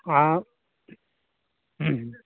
ᱟᱸ